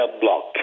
block